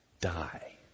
die